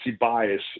bias